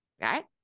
Right